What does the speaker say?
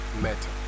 matter